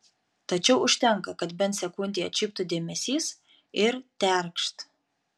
tačiau užtenka kad bent sekundei atšiptų dėmesys ir terkšt